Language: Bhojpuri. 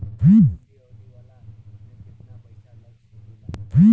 लंबी अवधि वाला में केतना पइसा लगा सकिले?